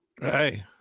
Hey